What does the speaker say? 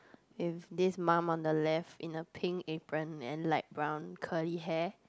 if this mom on the left in a pink apron and light brown curly hair